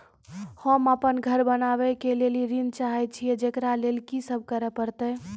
होम अपन घर बनाबै के लेल ऋण चाहे छिये, जेकरा लेल कि सब करें परतै?